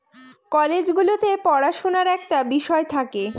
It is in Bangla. কলেজ গুলোতে পড়াশুনার একটা বিষয় থাকে